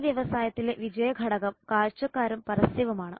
ഈ വ്യവസായത്തിലെ വിജയ ഘടകം കാഴ്ചക്കാരും പരസ്യവുമാണ്